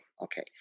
okay